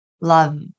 love